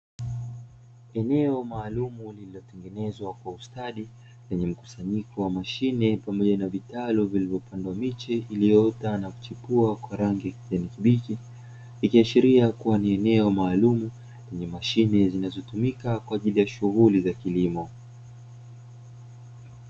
Eneo maalumu lililotengenezwa kwa ustadi lenye mkusanyiko wa mashine pamoja na vitalu vilivyopandwa miche iliyoota na kuchepua kwa rangi ya kijani kibichi, ikiashiria kuwa ni eneo maalumu lenye mashine zinazotumika kwa ajili ya shughuli za kilimo.